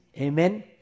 Amen